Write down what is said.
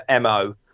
MO